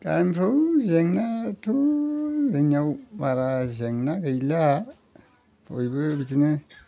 गामिफ्रावबो जेंनायाथ' जोंनियाव बारा जेंना गैला बयबो बिदिनो